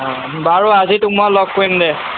অঁ বাৰু আজি তোক মই লগ কৰিম দে